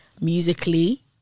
Musically